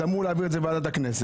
אז אמרו להעביר את זה לוועדת הכנסת.